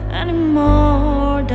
anymore